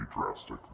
drastic